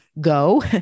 go